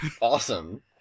awesome